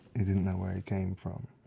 he didn't know where he came from.